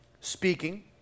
speaking